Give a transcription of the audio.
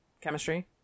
chemistry